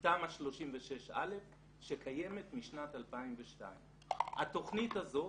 תמ"א/36/א שקיימת משנת 2002. התוכנית הזאת